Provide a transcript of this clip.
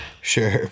Sure